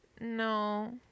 no